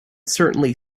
certainly